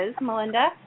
Melinda